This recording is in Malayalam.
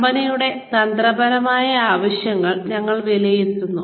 കമ്പനിയുടെ തന്ത്രപരമായ ആവശ്യങ്ങൾ ഞങ്ങൾ വിലയിരുത്തുന്നു